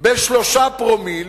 ב-3 פרומיל